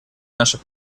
наше